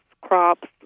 crops